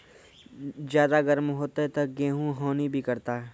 ज्यादा गर्म होते ता गेहूँ हनी भी करता है?